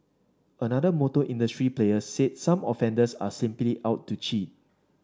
another motor industry player said some offenders are simply out to cheat